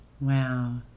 Wow